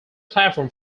platform